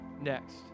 next